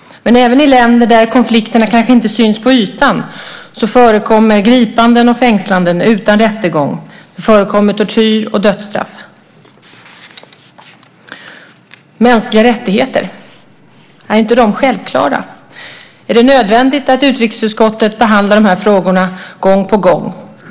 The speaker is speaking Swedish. Men även i länder där konflikterna kanske inte syns på ytan förekommer gripanden och fängslanden utan rättegång, tortyr och dödsstraff. Mänskliga rättigheter - är inte de självklara? Är det nödvändigt att utrikesutskottet behandlar de här frågorna gång på gång?